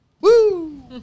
Woo